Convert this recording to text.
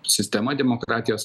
sistema demokratijos